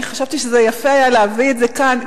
אני חשבתי שזה יפה להציג את זה כאן,